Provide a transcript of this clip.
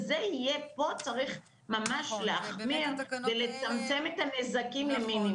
פה צריך ממש להחמיר ולצמצם את הנזקים למינימום.